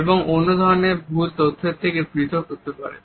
এবং অন্য ধরনের ভুল তথ্যের থেকে পৃথক হতে পারে